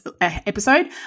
episode